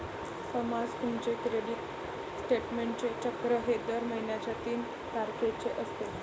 समजा तुमचे क्रेडिट स्टेटमेंटचे चक्र हे दर महिन्याच्या तीन तारखेचे असते